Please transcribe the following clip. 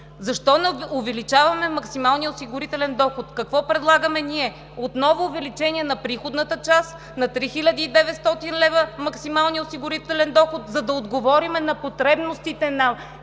Защо не увеличаваме максималния осигурителен доход? Какво предлагаме ние? Отново увеличение на приходната част на 3900 лв. максималния осигурителен доход, за да отговорим на потребностите на